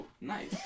nice